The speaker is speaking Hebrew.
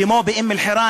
כמו באום-אלחיראן,